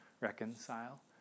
reconcile